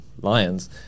lions